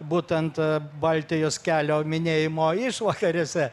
būtent baltijos kelio minėjimo išvakarėse